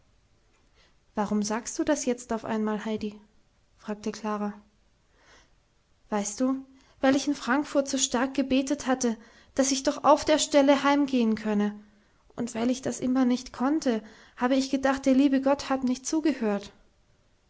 warum sagst du das jetzt auf einmal heidi fragte klara weißt du weil ich in frankfurt so stark gebetet habe daß ich doch auf der stelle heimgehen könne und weil ich das immer nicht konnte habe ich gedacht der liebe gott habe nicht zugehört